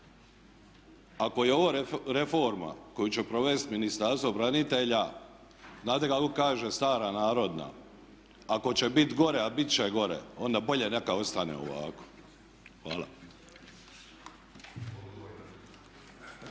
Ako je ovo reforma koju će provesti Ministarstvo branitelja znate kako kaže stara narodna "Ako će bit gore, a bit će gore, onda bolje neka ostane ovako." Hvala.